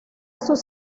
sus